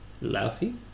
Lousy